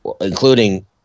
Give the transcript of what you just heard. including